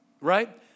right